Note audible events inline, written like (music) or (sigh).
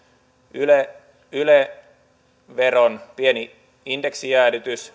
yle yle veron pieni indeksijäädytys (unintelligible)